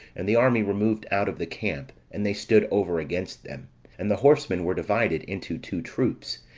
and the army removed out of the camp, and they stood over against them and the horsemen were divided into two troops,